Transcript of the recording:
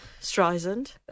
Streisand